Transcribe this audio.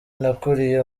nakuriye